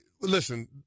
listen